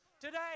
today